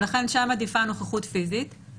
ולכן שם עדיפה נוכחות פיזית,